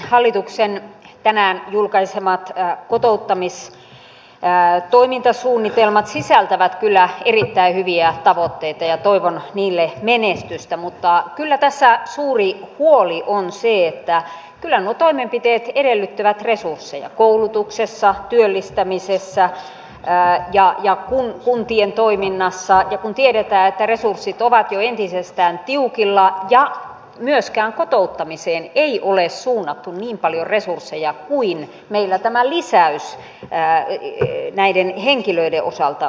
hallituksen tänään julkaisemat kotouttamistoimintasuunnitelmat sisältävät kyllä erittäin hyviä tavoitteita ja toivon niille menestystä mutta kyllä tässä suuri huoli on se että nuo toimenpiteet edellyttävät resursseja koulutuksessa työllistämisessä ja kuntien toiminnassa ja tiedetään että resurssit ovat jo entisestään tiukilla ja myöskään kotouttamiseen ei ole suunnattu niin paljon resursseja kuin mitä meillä on tämä lisäys näiden henkilöiden osalta